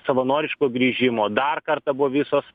savanoriško grįžimo dar kartą buvo visos